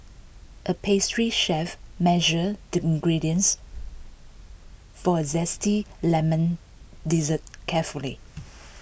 A pastry chef measured the ingredients for A Zesty Lemon Dessert carefully